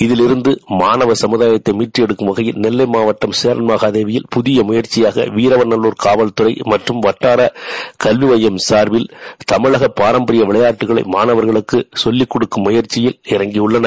இதிலிருந்து மாணவர் சமுதாயத்தை மீட்டெடுக்கும் வகையில் நெல்லை மாவட்டம் சேரன் மகாதேவியில் புதிய முயற்சியாக வீரவாகல்லார் காவல்துறை மற்றம் வட்டார கல்வி மையம் சார்பில் தமிழக பாரம்பரிய விளையாட்டுகளை மாணவர்களுக்கு சொல்லிக்கொடுக்கும் முயற்சியில் இறங்கி உள்ளனர்